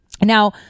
Now